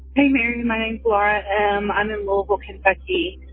hey, mary, my name's laura um unremovable, kind of becky.